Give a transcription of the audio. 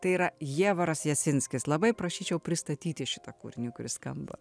tai yra jievaras jasinskis labai prašyčiau pristatyti šitą kūrinį kuris skamba